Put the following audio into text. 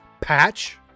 Patch